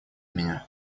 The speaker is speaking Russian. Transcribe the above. меня